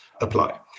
apply